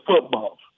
football